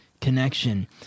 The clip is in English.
Connection